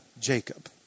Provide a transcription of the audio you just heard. Jacob